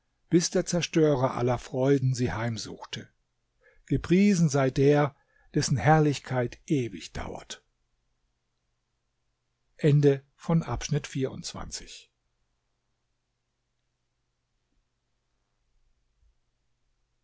bis der zerstörer aller freuden sie heimsuchte gepriesen sei der dessen herrlichkeit ewig dauert